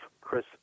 Chris